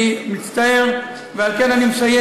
אני מצטער, ועל כן אני מסיים.